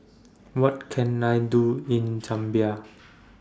What Can I Do in Zambia